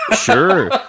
Sure